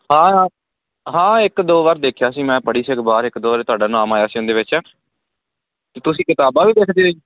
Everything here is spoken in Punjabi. ਹਾਂ ਹਾਂ ਹਾਂ ਇੱਕ ਦੋ ਵਾਰ ਦੇਖਿਆ ਸੀ ਮੈਂ ਪੜ੍ਹੀ ਸੀ ਅਖ਼ਬਾਰ ਇੱਕ ਦੋ ਵਾਰ ਤੁਹਾਡਾ ਨਾਮ ਆਇਆ ਸੀ ਇਹਦੇ ਵਿੱਚ ਅਤੇ ਤੁਸੀਂ ਕਿਤਾਬਾਂ ਵੀ ਲਿਖਦੇ ਹੋ ਜੀ